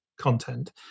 content